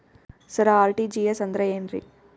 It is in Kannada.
ಸರ ಆರ್.ಟಿ.ಜಿ.ಎಸ್ ಅಂದ್ರ ಏನ್ರೀ?